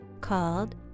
called